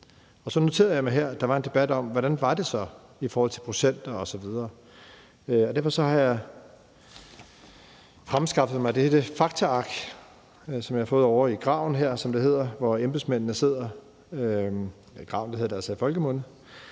Jeg noterede mig, at der var en debat om, hvordan det så var i forhold til procenter osv., og derfor har jeg fremskaffet mig dette faktaark, som jeg har fået ovre i »graven« her, som det hedder, hvor embedsmændene sidder. Det hedder »graven« i folkemunde,